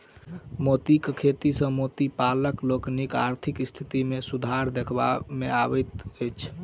मोतीक खेती सॅ मोती पालक लोकनिक आर्थिक स्थिति मे सुधार देखबा मे अबैत अछि